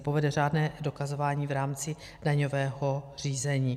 Povede řádné dokazování v rámci daňového řízení.